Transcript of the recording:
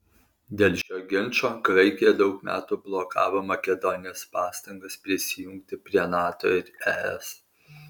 dėl šio ginčo graikija daug metų blokavo makedonijos pastangas prisijungti prie nato ir es